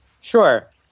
Sure